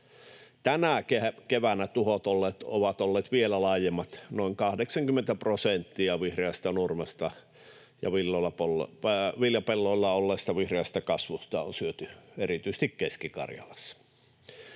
Tänä keväänä tuhot ovat olleet vielä laajemmat. Noin 80 prosenttia vihreästä nurmesta ja viljapelloilla olleesta vihreästä kasvusta on syöty erityisesti Keski-Karjalassa.